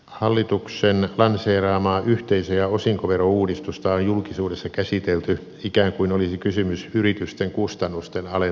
hallituksen lanseeraamaa yhteisö ja osinkoverouudistusta on julkisuudessa käsitelty ikään kuin olisi kysymys yritysten kustannusten alentamisesta